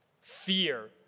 Fear